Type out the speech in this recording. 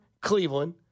Cleveland